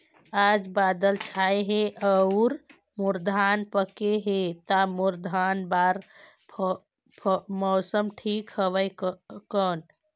आज बादल छाय हे अउर मोर धान पके हे ता मोर धान बार मौसम ठीक हवय कौन?